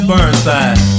Burnside